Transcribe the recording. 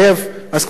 אז כמו שאמרת,